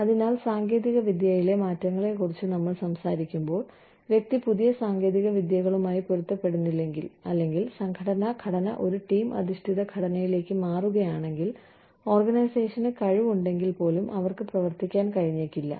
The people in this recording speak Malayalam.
അതിനാൽ സാങ്കേതികവിദ്യയിലെ മാറ്റങ്ങളെക്കുറിച്ച് നമ്മൾ സംസാരിക്കുമ്പോൾ വ്യക്തി പുതിയ സാങ്കേതികവിദ്യകളുമായി പൊരുത്തപ്പെടുന്നില്ലെങ്കിൽ അല്ലെങ്കിൽ സംഘടനാ ഘടന ഒരു ടീം അധിഷ്ഠിത ഘടനയിലേക്ക് മാറുകയാണെങ്കിൽ ഓർഗനൈസേഷന് കഴിവുണ്ടെങ്കിൽപ്പോലും അവർക്ക് പ്രവർത്തിക്കാൻ കഴിഞ്ഞേക്കില്ല